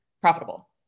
profitable